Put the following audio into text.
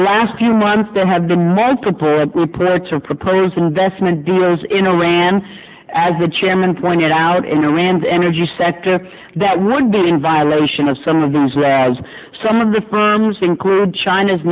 the last few months there have been multiple approach or propose investment dealers in iran as the chairman pointed out in the rand energy sector that would be in violation of some of those whereas some of the firms include china's